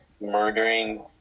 murdering